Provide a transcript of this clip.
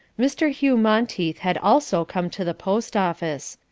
mr. hugh monteith had also come to the post-office.